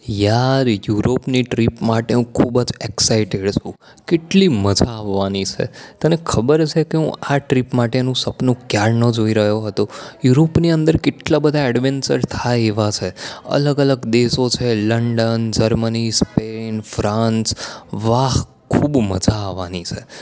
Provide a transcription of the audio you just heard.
યાર હું યુરોપની ટ્રીપ માટે હું ખૂબ જ એક્સસાઈટેડ છું એટલી મજા આવવાની છે તને ખબર છે કે હું આ ટ્રીપ માટેનું સપનું ક્યારનું જોઈ રહયો હતો યુરોપની અંદર કેટલા બધા એડવેન્ચર થાય એવા છે અલગ અલગ દેશો છે લંડન જર્મની સ્પેન ફ્રાન્સ વાહ ખૂબ મજા આવવાની છે